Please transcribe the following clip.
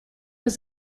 was